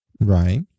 Right